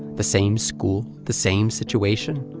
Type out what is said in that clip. the same school, the same situation?